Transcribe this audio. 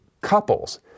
couples